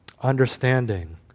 understanding